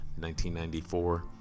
1994